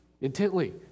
intently